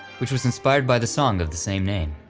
which was inspired by the song of the same name.